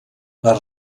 les